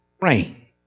rain